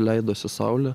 leidosi saulė